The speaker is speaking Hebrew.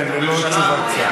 הממשלה לא מופיעה?